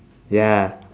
ya